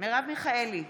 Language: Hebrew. מרב מיכאלי,